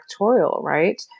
right